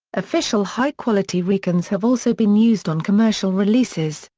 official high-quality recons have also been used on commercial releases,